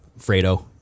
Fredo